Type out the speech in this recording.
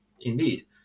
indeed